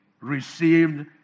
received